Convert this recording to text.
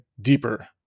deeper